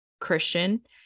Christian